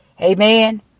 Amen